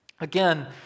Again